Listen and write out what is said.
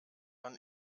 dann